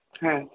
হ্যাঁ